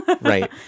Right